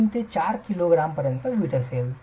5 ते 4 किलोग्राम वीट असेल